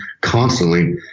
constantly